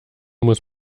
muss